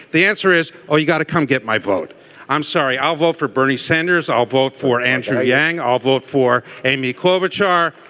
the answer is oh you got to come get my vote i'm sorry. i'll vote for bernie sanders. i'll vote for anthony yang. i'll vote for amy klobuchar.